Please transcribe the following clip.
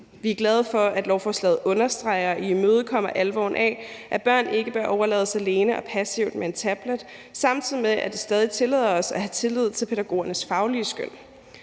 Vi er glade for, at lovforslaget understreger og imødekommer alvoren af, at børn ikke bør overlades alene og passivt med en tablet, samtidig med at det stadig tillader os at have tillid til pædagogernes faglige skøn.